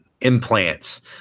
implants